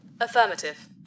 Affirmative